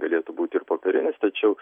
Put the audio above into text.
galėtų būti ir popierinis tačiau